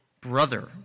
brother